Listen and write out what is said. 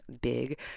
big